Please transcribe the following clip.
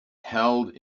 held